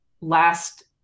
last